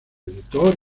editor